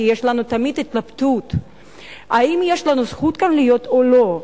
כי יש לנו תמיד התלבטות אם יש לנו זכות להיות כאן או לא.